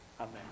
Amen